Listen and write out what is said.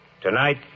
Tonight